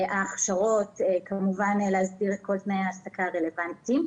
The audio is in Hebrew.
ההכשרות וכמובן להסדיר את כל תנאי העסקה הרלוונטיים.